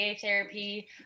therapy